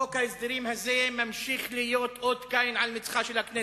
חוק ההסדרים הזה ממשיך להיות אות קין על מצחה של הכנסת,